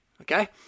Okay